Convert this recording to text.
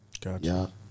Gotcha